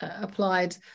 applied